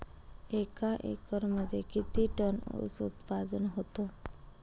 एका एकरमध्ये किती टन ऊस उत्पादन होतो?